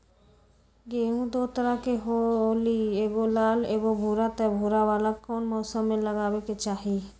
गेंहू दो तरह के होअ ली एगो लाल एगो भूरा त भूरा वाला कौन मौसम मे लगाबे के चाहि?